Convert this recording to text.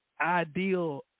ideal